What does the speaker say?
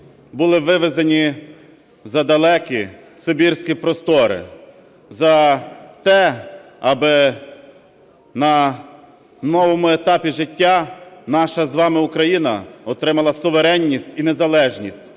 були вивезені за далекі сибірські простори за те, аби на новому етапі життя наша з вами Україна отримала суверенність і незалежність.